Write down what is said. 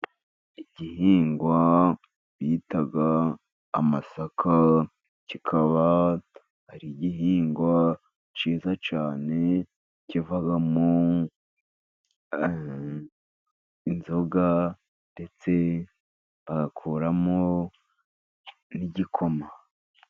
Igihingwa bita amasaka, kikaba ari igihingwa cyiza cyane, kivamo inzoga, ndetse bagakuramo n'igikoma.